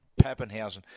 Pappenhausen